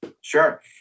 Sure